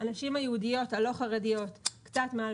הנשים היהודיות הלא חרדיות קצת מעל